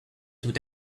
tout